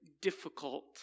difficult